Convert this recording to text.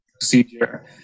procedure